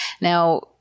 Now